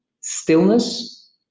stillness